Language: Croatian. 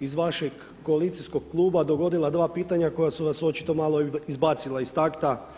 iz vašeg koalicijskog kluba dogodila dva pitanja koja su vas očito malo izbacila iz takta.